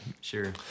Sure